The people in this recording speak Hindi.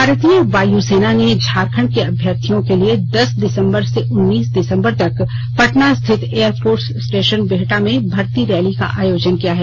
भारतीय वायु सेना ने झारखंड के अभ्यर्थियों के लिए दस दिसम्बर से उन्नीस दिसम्बर तक पटना स्थित एयरफोर्स स्टेशन बिहटा में भर्ती रैली का आयोजन किया है